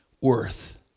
worth